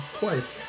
twice